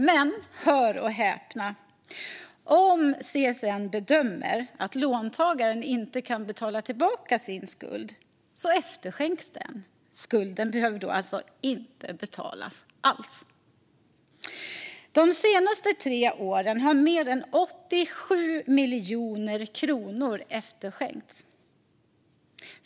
Men hör och häpna: Om CSN bedömer att låntagaren inte kan betala tillbaka sin skuld efterskänks den. Skulden behöver då alltså inte betalas alls. De senaste tre åren har mer än 87 miljoner kronor efterskänkts.